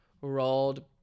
rolled